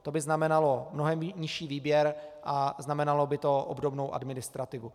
To by znamenalo mnohem nižší výběr a znamenalo by to obdobou administrativu.